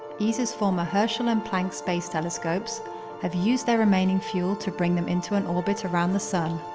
esa's former herschel and planck space telescopes have used their remaining fuel to bring them into an orbit around the sun.